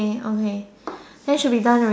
okay okay then should be done already